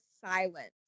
silent